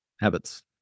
Habits